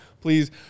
please